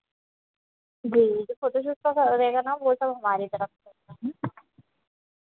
जी जो photo shoot का रहेगा ना वो सब हमारे तरफ से रहेगा